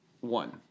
One